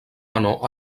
menor